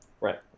Right